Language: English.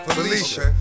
Felicia